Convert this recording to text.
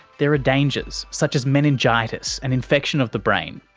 there are dangers such as meningitis, an infection of the brain,